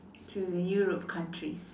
to Europe countries